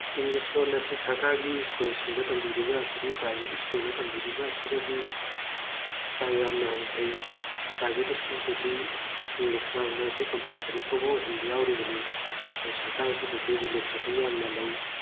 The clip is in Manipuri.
ꯏꯪꯂꯤꯁ ꯂꯣꯟ ꯑꯁꯤ ꯁꯔꯀꯥꯔꯒꯤ ꯁ꯭ꯀꯨꯜꯁꯤꯡꯗ ꯇꯝꯕꯤꯔꯤꯕ ꯑꯁꯤꯗꯤ ꯄ꯭ꯔꯥꯏꯚꯦꯠ ꯁ꯭ꯀꯨꯜꯗ ꯇꯝꯕꯤꯔꯤꯕ ꯁꯤꯗꯒꯤ ꯆꯥꯡ ꯌꯥꯝ ꯍꯟꯊꯩ ꯄ꯭ꯔꯥꯏꯚꯦꯠ ꯁ꯭ꯀꯨꯜꯗꯗꯤ ꯏꯪꯂꯤꯁ ꯉꯥꯡꯕ ꯑꯁꯤ ꯀꯝꯄꯜꯁꯔꯤ ꯐꯥꯎꯕ ꯑꯣꯏꯍꯟꯕ ꯌꯥꯎꯔꯤꯕꯅꯤ ꯑꯗꯨ ꯁꯔꯀꯥꯔꯒꯤꯗꯗꯤ ꯔꯤꯂꯦꯖꯦꯁꯟ ꯌꯥꯝꯅ ꯂꯩ